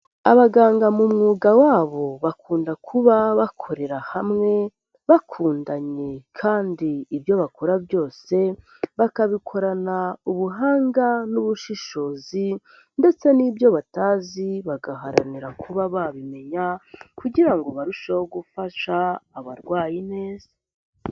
Abaganga mu mwuga wabo bakunda kuba bakorera hamwe, bakundanye kandi ibyo bakora byose bakabikorana ubuhanga n'ubushishozi ndetse n'ibyo batazi bagaharanira kuba babimenya kugira ngo barusheho gufasha abarwayi neza.